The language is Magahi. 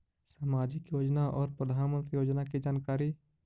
समाजिक योजना और प्रधानमंत्री योजना की जानकारी?